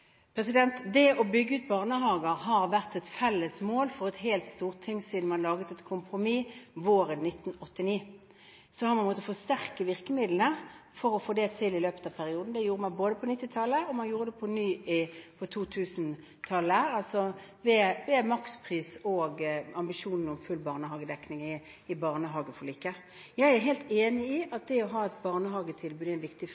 Det å bygge ut barnehager har vært et felles mål for et helt storting siden man laget et kompromiss våren 1989. Så har man måttet forsterke virkemidlene for å få det til i løpet av perioden. Det gjorde man på 1990-tallet, og man gjorde det på ny på 2000-tallet ved makspris og ambisjon om full barnehagedekning i barnehageforliket. Jeg er helt enig i at det å ha et barnehagetilbud er en viktig